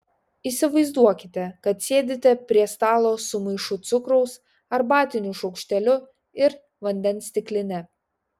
įsivaizduokite kad sėdite prie stalo su maišu cukraus arbatiniu šaukšteliu ir vandens stikline